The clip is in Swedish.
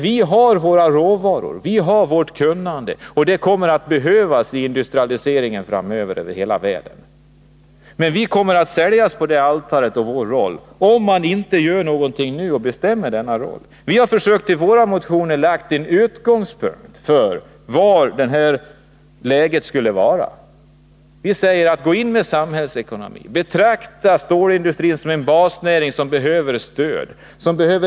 Vi har våra råvaror och vårt kunnande, något som framöver kommer att behövas i de länder världen över som genomgår en industriell utveckling. Men om vi inte bestämmer vilken roll vi skall spela, så kommer vårt kunnande att offras på altaret. I våra motioner har vi försökt dra upp riktlinjerna för vad som behöver göras. Betrakta stålindustrin som en basnäring som behöver stöd, har vi sagt.